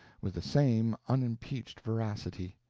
with the same unimpeached veracity.